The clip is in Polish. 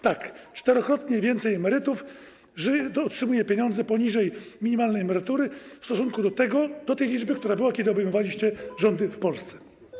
Tak, czterokrotnie więcej emerytów otrzymuje pieniądze poniżej minimalnej emerytury w stosunku do tego, do tej liczby, która była, kiedy obejmowaliście rządy w Polsce.